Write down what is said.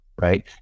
right